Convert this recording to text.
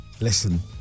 listen